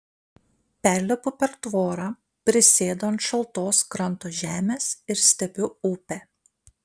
perlipu per tvorą prisėdu ant šaltos kranto žemės ir stebiu upę